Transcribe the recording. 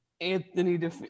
Anthony